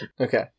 Okay